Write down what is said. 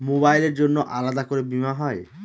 মোবাইলের জন্য আলাদা করে বীমা হয়?